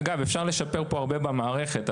אפשר לשפר פה הרבה במערכת,